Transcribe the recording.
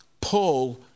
Paul